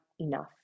enough